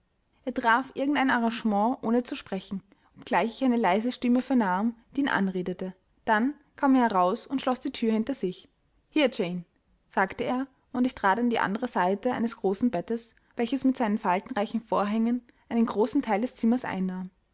er traf irgend ein arrangement ohne zu sprechen obgleich ich eine leise stimme vernahm die ihn anredete dann kam er heraus und schloß die thür hinter sich hier jane sagte er und ich trat an die andere seite eines großen bettes welches mit seinen faltenreichen vorhängen einen großen teil des zimmers einnahm